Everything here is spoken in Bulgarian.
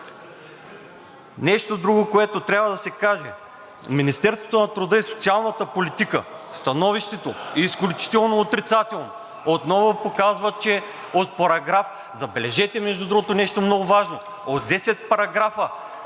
Нещо друго, което трябва да се каже. Становището на Министерството на труда и социалната политика е изключително отрицателно. Отново показва, че от параграф… Забележете, между другото, нещо много важно – от десет параграфа